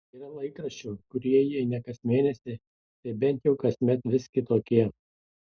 yra laikraščių kurie jei ne kas mėnesį tai bent jau kasmet vis kitokie